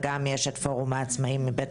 גם יש את פורום העצמאים מבית ההתאחדות.